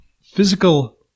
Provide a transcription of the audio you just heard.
physical